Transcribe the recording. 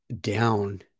down